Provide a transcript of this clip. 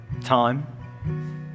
time